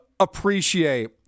appreciate